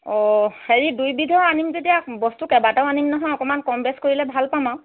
অ হেৰি দুইবিধৰে আনিম যেতিয়া বস্তু কেইবাটাও আনিম নহয় অকণমান কম বেছ কৰিলে ভাল পাম আৰু